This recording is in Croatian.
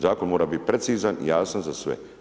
Zakon mora biti precizan, jasan za sve.